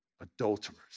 adulterers